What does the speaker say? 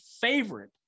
favorite